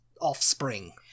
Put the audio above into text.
offspring